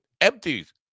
empties